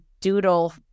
doodle